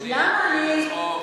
בלי צחוק.